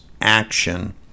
action